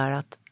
att